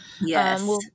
Yes